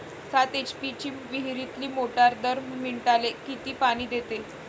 सात एच.पी ची विहिरीतली मोटार दर मिनटाले किती पानी देते?